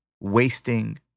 wasting